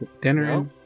dinner